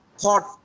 thought